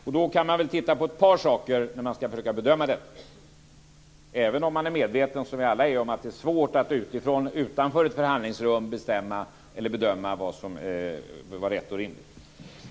Man kan titta närmare på ett par saker när man ska försöka bedöma detta, även om man är medveten om, som vi alla är, att det är svårt att utanför ett förhandlingsrum bedöma vad som bör vara rätt och rimligt.